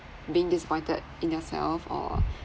being disappointed in yourself or